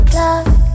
love